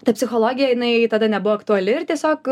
ta psichologija jinai tada nebuvo aktuali ir tiesiog